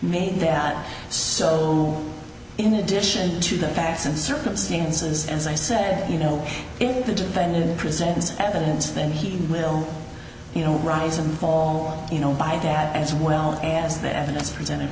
made that so in addition to the facts and circumstances as i said you know if the defendant presents evidence then he will you know rise and fall you know by that as well as the evidence presented